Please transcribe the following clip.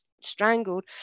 strangled